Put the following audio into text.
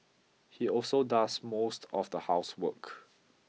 he also does most of the housework